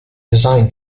design